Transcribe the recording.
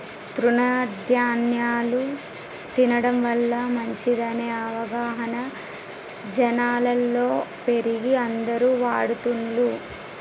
తృణ ధ్యాన్యాలు తినడం వల్ల మంచిదనే అవగాహన జనాలలో పెరిగి అందరు వాడుతున్లు